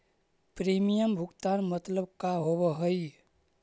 Premium भुगतान मतलब का होव हइ?